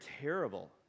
terrible